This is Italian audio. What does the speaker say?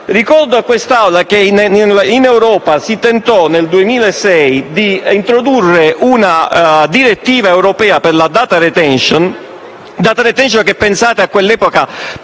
Ricordo a quest'Aula che in Europa si tentò, nel 2006, di introdurre una direttiva europea per la *data retention,* che - pensate - a quell'epoca